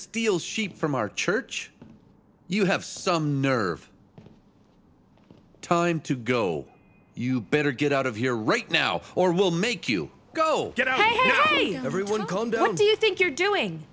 steal sheep from our church you have some nerve time to go you better get out of here right now or will make you go everyone calm down do you think you're doing